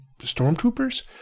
stormtroopers